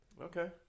Okay